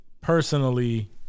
personally